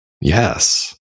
Yes